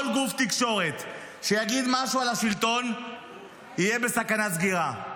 כל גוף תקשורת שיגיד משהו על השלטון יהיה בסכנת סגירה.